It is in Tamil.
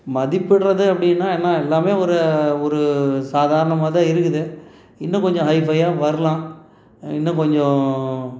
மதிப்பிடுறது அப்படினா என்ன எல்லாமே ஒரு ஒரு சாதாரணமாகதான் இருக்குது இன்னும் கொஞ்சம் ஹைஃபையாக வரலாம் இன்னும் கொஞ்சம்